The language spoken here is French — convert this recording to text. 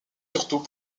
surtout